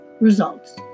Results